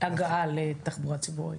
הגעה לתחבורה ציבורית.